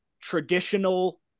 traditional